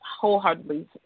wholeheartedly